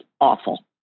awful